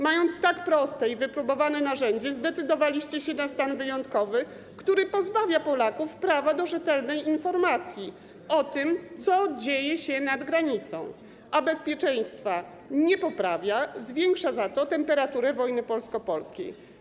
Mając tak proste i wypróbowane narzędzie, zdecydowaliście się na stan wyjątkowy, który pozbawia Polaków prawa do rzetelnej informacji o tym, co dzieje się na granicy, a bezpieczeństwa nie poprawia, zwiększa za to temperaturę wojny polsko-polskiej.